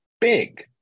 big